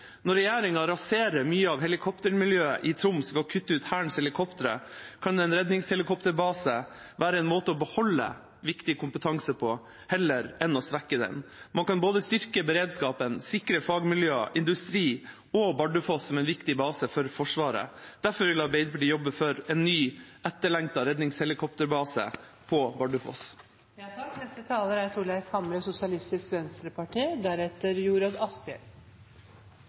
Når regjeringa raserer mye av helikoptermiljøet i Troms ved å kutte ut Hærens helikoptre, kan en redningshelikopterbase være en måte å beholde viktig kompetanse på heller enn å svekke den. Man kan både styrke beredskapen, sikre fagmiljø og industri og Bardufoss som en viktig base for Forsvaret. Derfor vil Arbeiderpartiet jobbe for en ny, etterlengtet redningshelikopterbase på